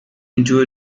into